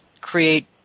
create